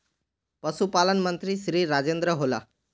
पशुपालन मंत्री श्री राजेन्द्र होला?